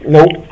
Nope